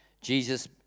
Jesus